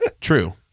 true